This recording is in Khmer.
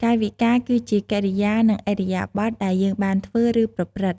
កាយវិការ គឺជាកិរិយា និងឥរិយាបថដែលយើងបានធ្វើ ឬ ប្រព្រឹត្តិ។